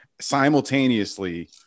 simultaneously